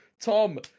tom